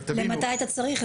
למתי אתה צריך?